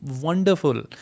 wonderful